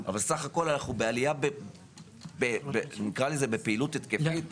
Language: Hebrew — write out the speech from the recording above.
אבל בסך הכול אנחנו בעלייה בפעילות התקפית,